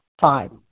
Five